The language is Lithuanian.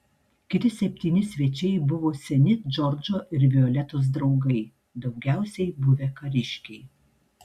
kiti septyni svečiai buvo seni džordžo ir violetos draugai daugiausiai buvę kariškiai